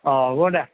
অঁ হ'ব দে